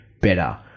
better